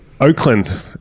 Oakland